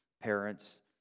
parents